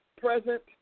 present